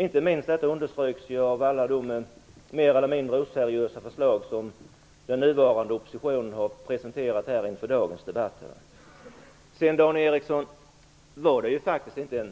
Inte minst understryks detta av alla de mer eller mindre oseriösa förslag som den nuvarande oppositionen har presenterat inför dagens debatt. Sedan, Dan Ericsson, var det faktiskt inte